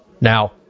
Now